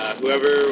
whoever